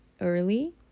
early